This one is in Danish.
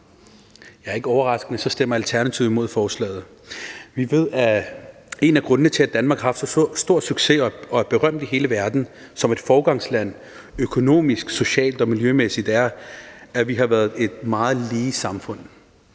ordet. Ikke overraskende stemmer Alternativet imod forslaget. Vi ved, at en af grundene til, at Danmark har haft så stor succes og er berømt i hele verden for at være et foregangsland – økonomisk, socialt og miljømæssigt – er, at vi har været et meget lige samfund.